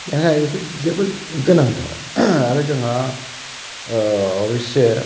जोंहा बेफोर जोबोद गोनांथार आरो जोंहा अबयस्से